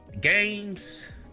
games